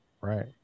right